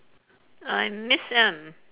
I'm miss M